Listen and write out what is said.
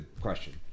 question